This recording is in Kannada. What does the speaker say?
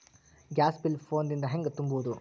ಗ್ಯಾಸ್ ಬಿಲ್ ಫೋನ್ ದಿಂದ ಹ್ಯಾಂಗ ತುಂಬುವುದು?